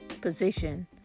position